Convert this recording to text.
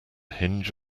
hinge